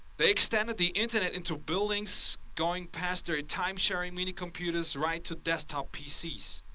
they extended the internet into buildings going past their timesharing minicomputers right to desktop pcs.